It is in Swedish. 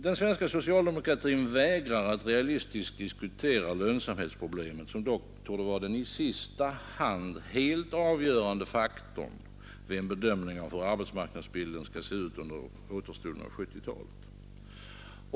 Den svenska socialdemokratin vägrar att realistiskt diskutera lönsamhetsproblemet, som dock torde vara den i sista hand helt avgörande faktorn vid en bedömning av hur arbetsmarknadsbilden skall se ut under återstoden av 1970-talet.